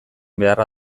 beharra